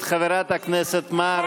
חברת הכנסת מארק,